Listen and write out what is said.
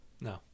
no